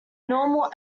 normal